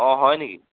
অঁ হয় নেকি